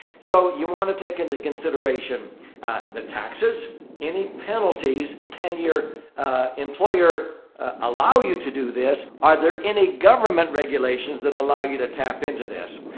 so, you want to take into consideration the taxes. any penalties can your employer allow you to do this, are there any government regulations that allow you to tap into this?